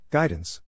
Guidance